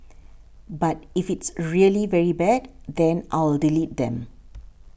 but if it's really very bad then I'll delete them